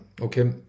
okay